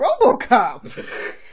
RoboCop